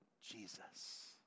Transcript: Jesus